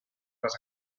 les